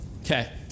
Okay